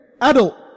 adult